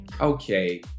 Okay